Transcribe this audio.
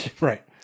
right